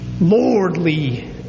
lordly